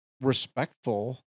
respectful